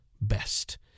best